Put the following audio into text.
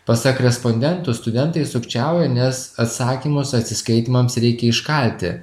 pasak respondentų studentai sukčiauja nes atsakymus atsiskaitymams reikia iškalti